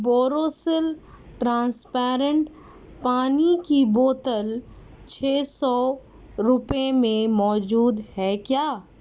Borosil transparent پانی کی بوتل چھ سو روپے میں موجود ہے کیا